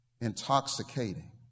intoxicating